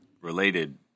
related